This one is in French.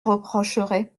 reprocherait